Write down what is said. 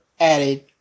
added